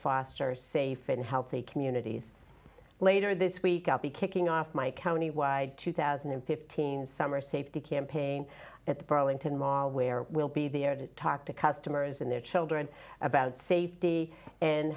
foster safe and healthy communities later this week i'll be kicking off my countywide two thousand and fifteen summer safety campaign at the burlington mall where we'll be there to talk to customers and their children about safety and